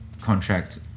contract